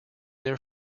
their